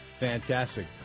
Fantastic